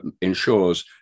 ensures